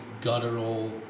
guttural